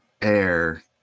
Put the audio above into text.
air